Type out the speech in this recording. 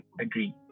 agree